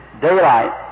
daylight